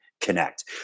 connect